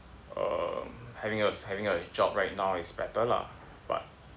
err having a having a job right now is better lah but